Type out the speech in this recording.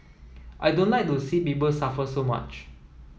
I don't like to see people suffer so much